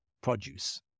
produce